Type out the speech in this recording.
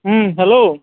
hello